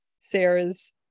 Sarah's